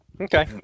okay